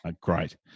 Great